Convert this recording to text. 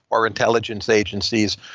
or intelligence agencies,